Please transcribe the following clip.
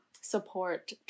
support